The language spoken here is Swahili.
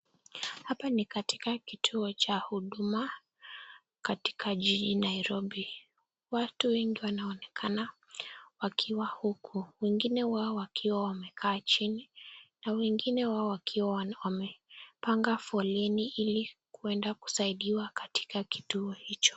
Hapa ni katika kituo cha huduma katika jiji nairobi watu wengi wanaonekana wakiwa huku wengine wao wakiwa wamekaa chini na wengine wao wakiwa wamepanga foleni ili kwenda kusaidiwa katika kituo hicho.